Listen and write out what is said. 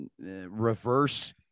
reverse